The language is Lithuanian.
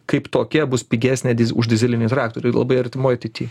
kaip tokia bus pigesnė už dyzelinį traktorių ir labai artimoj ateity